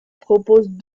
propose